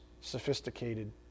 sophisticated